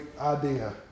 idea